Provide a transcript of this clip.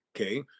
okay